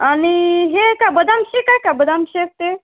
आणि हे का बदाम शेक आहे का बदाम शेक ते